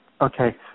Okay